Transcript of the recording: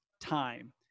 time